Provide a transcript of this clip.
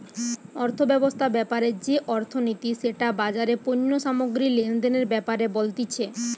অর্থব্যবস্থা ব্যাপারে যে অর্থনীতি সেটা বাজারে পণ্য সামগ্রী লেনদেনের ব্যাপারে বলতিছে